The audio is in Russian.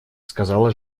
сказала